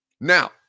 Now